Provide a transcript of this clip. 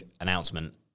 announcement